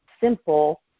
simple